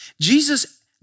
Jesus